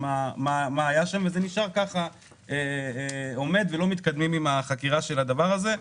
מה היה שם וזה נשאר ככה עומד ולא מתקדמים עם החקירה של הדבר הזה.